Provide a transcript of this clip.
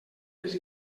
les